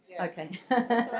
Okay